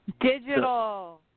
digital